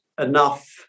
enough